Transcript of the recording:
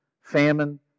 Famine